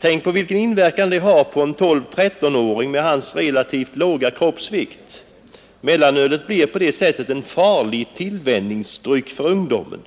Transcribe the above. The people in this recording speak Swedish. Tänk på vilken inverkan detta har på en 12— 13-åring med hans relativt låga kroppsvikt. Mellanölet blir på det sättet en farlig tillvänjningsdryck för ungdomen.